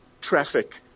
traffic